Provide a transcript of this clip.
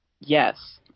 Yes